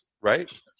right